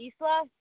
Isla